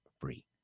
free